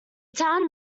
town